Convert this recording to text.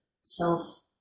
self